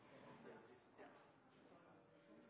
det som også skjer